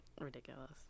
ridiculous